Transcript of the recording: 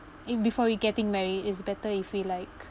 i~ before we getting married is better if we like